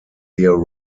here